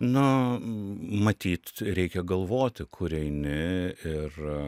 nu matyt reikia galvoti kur eini ir